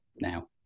now